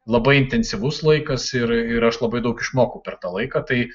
labai intensyvus laikas ir ir aš labai daug išmokau per tą laiką tai